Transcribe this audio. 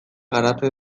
garatzen